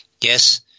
yes